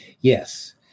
Yes